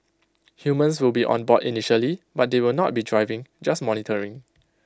humans will be on board initially but they will not be driving just monitoring